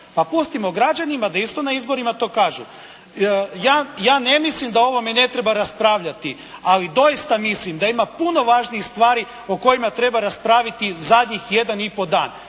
Pa pustimo građanima da isto na izborima to kažu. Ja ne mislim da o ovome ne treba raspravljati, ali doista mislim da ima puno važnijih stvari o kojima treba raspraviti zadnjih jedan i pol dan.